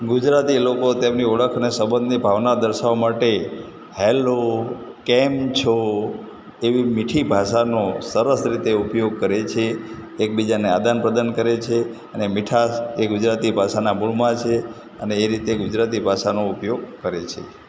ગુજરાતી લોકો તેમની ઓળખને સંબંધની ભાવના દર્શાવવા માટે હેલ્લો કેમ છો એવી મીઠી ભાષાનો સરસ રીતે ઉપયોગ કરે છે એકબીજાને આદાનપ્રદાન કરે છે અને મીઠાશ એ ગુજરાતી ભાષાના મૂળમાં છે અને એ રીતે ગુજરાતી ભાષાનો ઉપયોગ કરે છે